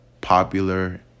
popular